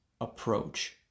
approach